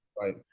right